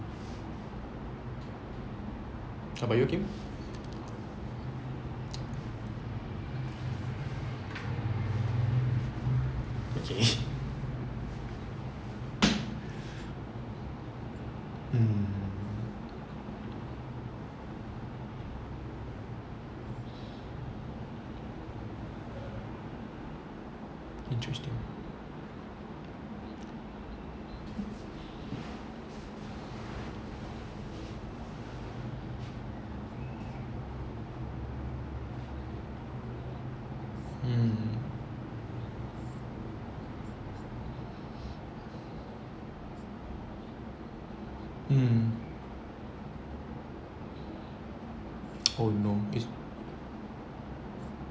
how about you hakim okay mm interesting hmm hmm oh no